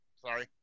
Sorry